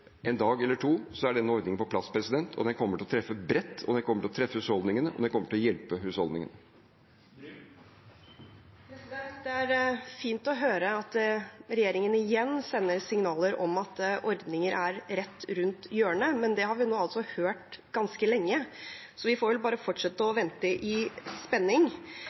en dag eller to er denne ordningen på plass. Den kommer til å treffe bredt, den kommer til å treffe husholdningene, og den kommer til å hjelpe husholdningene. Det er fint å høre at regjeringen igjen sender signaler om at ordninger er rett rundt hjørnet, men det har vi hørt ganske lenge, så vi får vel bare fortsette å vente i spenning.